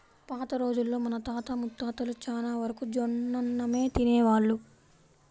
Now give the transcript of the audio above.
పాత రోజుల్లో మన తాత ముత్తాతలు చానా వరకు జొన్నన్నమే తినేవాళ్ళు